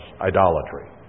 idolatry